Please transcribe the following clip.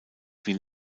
wie